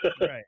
right